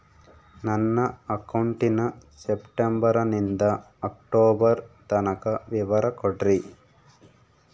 ನನ್ನ ಅಕೌಂಟಿನ ಸೆಪ್ಟೆಂಬರನಿಂದ ಅಕ್ಟೋಬರ್ ತನಕ ವಿವರ ಕೊಡ್ರಿ?